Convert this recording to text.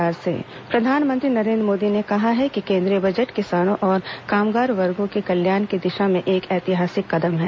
प्रधानमंत्री बजट प्रधानमंत्री नरेन्द्र मोदी ने कहा है कि केन्द्रीय बजट किसानों और कामगार वर्गो के कल्याण की दिशा में एक ऐतिहासिक कदम है